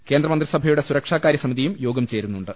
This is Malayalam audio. കേന്ദ്രമന്ത്രിസഭയുടെ സുരക്ഷാ കാര്യസമിതിയും യോഗം ചേരുന്നു ണ്ട്